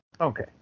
Okay